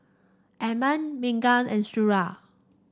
Adam Megat and Suria